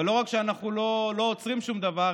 אבל לא רק שאנחנו לא עוצרים שום דבר,